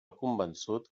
convençut